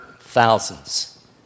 thousands